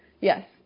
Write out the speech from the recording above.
Yes